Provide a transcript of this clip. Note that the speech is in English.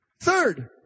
third